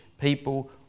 people